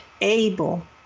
able